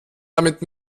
damit